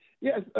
Yes